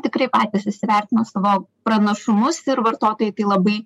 tikrai patys įsivertino savo pranašumus ir vartotojai tai labai